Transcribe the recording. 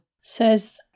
says